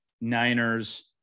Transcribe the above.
Niners